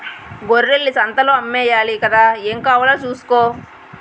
గొర్రెల్ని సంతలో అమ్మేయాలి గదా ఏం కావాలో సూసుకో